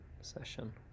session